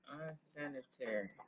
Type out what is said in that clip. Unsanitary